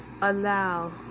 allow